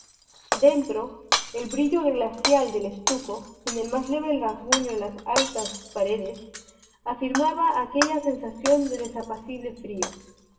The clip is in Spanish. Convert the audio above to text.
dentro el brillo glacial del estuco sin el más leve rasguño en las altas paredes afirmaba aquella sensación de desapacible frío